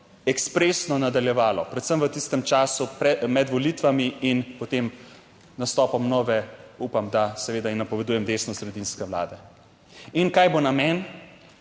ekspresno nadaljevalo, predvsem v tistem času pred, med volitvami in potem, nastopom nove, upam, da seveda in napovedujem, desnosredinske Vlade in kaj bo namen,